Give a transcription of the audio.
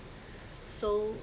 so